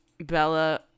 bella